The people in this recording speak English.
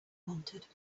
wanted